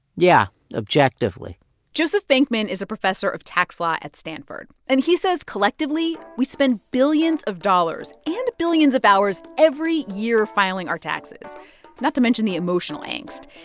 yeah, objectively joseph bankman is a professor of tax law at stanford. and he says, collectively, we spend billions of dollars and billions of hours every year filing our taxes not to mention the emotional angst.